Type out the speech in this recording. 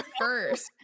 first